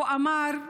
הוא אמר: